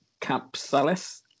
Capsalis